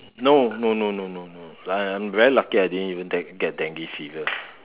no no no no no no like I'm very lucky I didn't even get get dengue fever